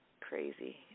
Crazy